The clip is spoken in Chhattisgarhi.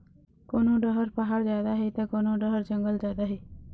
कोनो डहर पहाड़ जादा हे त कोनो डहर जंगल जादा हे